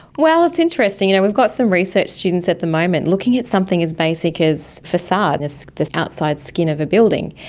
well, it's interesting, you know we've got some research students at the moment looking at something as basic as facades, the outside skin of a building,